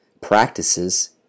practices